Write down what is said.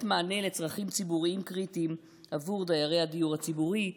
מענה לצרכים ציבוריים קריטיים עבור דיירי הדיור הציבורי,